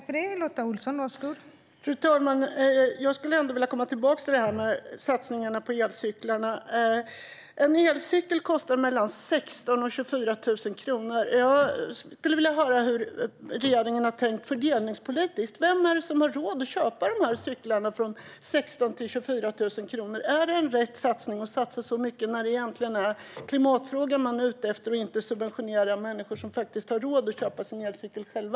Fru talman! Jag skulle ändå vilja komma tillbaka till satsningarna på elcyklarna. En elcykel kostar mellan 16 000 och 24 000 kronor. Jag skulle vilja höra hur regeringen har tänkt fördelningspolitiskt. Vilka är det som har råd att köpa dessa cyklar med priser från 16 000 till 24 000 kronor? Är det riktigt att satsa så mycket när det egentligen är klimatfrågan man är ute efter, inte att subventionera människor som har råd att köpa sin elcykel själv?